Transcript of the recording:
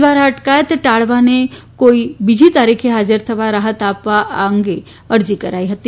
દ્વારા અટકાયત ટાળવા અને કોઇ બીજી તારીખે હાજર થવા રાહત આપવા આ અરજી કરવામાં આવી હતી